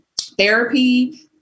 therapy